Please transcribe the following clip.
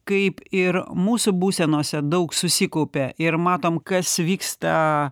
kaip ir mūsų būsenose daug susikaupia ir matom kas vyksta